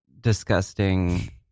disgusting